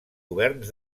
governs